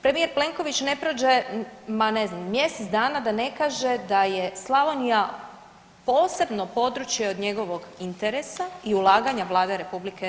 Prvi je Plenković ne prođe ma ne znam mjesec dana da ne kaže da je Slavonija posebno područje od njegovog interesa i ulaganja Vlade RH.